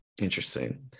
Interesting